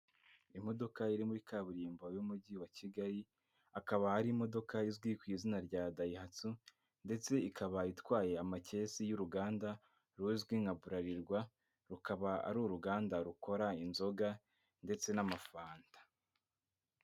Imodoka iri muri kaburimbo y'umujyi wa kigali, akaba ari imodoka izwi ku izina rya dayihatso, ndetse ikaba itwaye amakesi y'uruganda ruzwi nka bralirwa rukaba ari uruganda rukora inzoga ndetse n'amafanta.